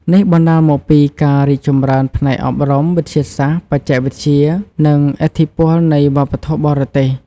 នេះបណ្តាលមកពីការរីកចម្រើនផ្នែកអប់រំ វិទ្យាសាស្ត្រ បច្ចេកវិទ្យា និងឥទ្ធិពលនៃវប្បធម៌បរទេស។